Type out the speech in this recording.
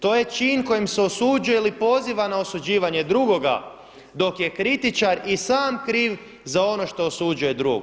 To je čin kojim se osuđuje ili poziva na osuđivanje drugoga dok je kritičar i sam kriv za ono što osuđuje drugog.